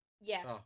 Yes